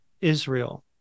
Israel